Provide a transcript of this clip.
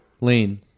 Lean